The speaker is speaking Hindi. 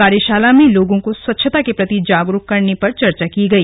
कार्यशाला में लोगों को स्वच्छता के प्रति जागरुक करने पर चर्चा की गई